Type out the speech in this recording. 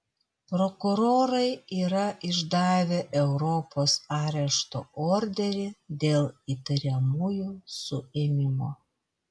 prokurorai yra išdavę europos arešto orderį dėl įtariamųjų suėmimo